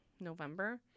November